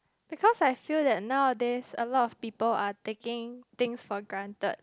because I feel that nowadays a lot of people are taking things for granted